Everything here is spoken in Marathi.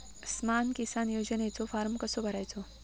स्माम किसान योजनेचो फॉर्म कसो भरायचो?